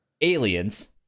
aliens